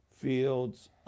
fields